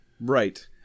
Right